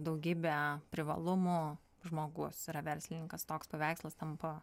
daugybe privalumų žmogus yra verslininkas toks paveikslas tampa